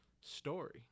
story